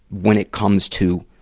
when it comes to,